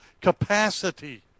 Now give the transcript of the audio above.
capacity